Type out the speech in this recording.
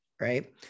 Right